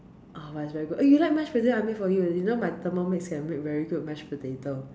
oh but it's very good eh you like mash potato I make for you you know my Thermomix can make very good mash potato